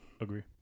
Agree